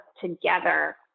together